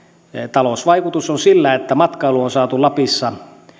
talousvaikutus on sillä että matkailu on saatu lapissa